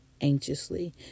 anxiously